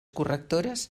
correctores